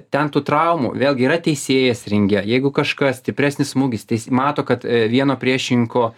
ten tų traumų vėlgi yra teisėjas ringe jeigu kažkas stipresnis smūgis teis mato kad vieno priešininko